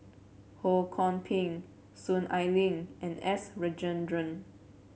Ho Kwon Ping Soon Ai Ling and S Rajendran